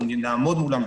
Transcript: אנחנו נעמוד מולם בקשר.